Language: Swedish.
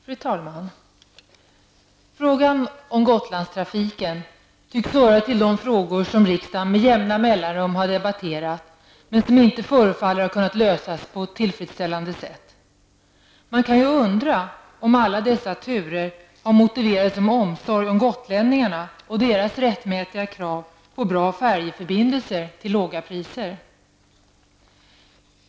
Fru talman! Frågan om Gotlandstrafiken tycks höra till de frågor som riksdagen med jämna mellanrum har debatterat men som inte förefaller ha kunnat lösas på ett tillfredsställande sätt. Man kan undra om alla dessa turer har motiverats av omsorg om gotlänningarna och deras rättmätiga krav på bra färjeförbindelser till låga priser.